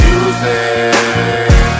Music